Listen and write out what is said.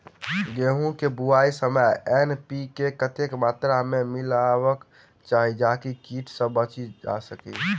गेंहूँ केँ बुआई समय एन.पी.के कतेक मात्रा मे मिलायबाक चाहि जाहि सँ कीट सँ बचि सकी?